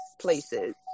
places